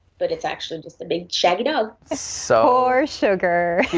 but it's actually just a big check, you know so or sugar